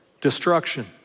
Destruction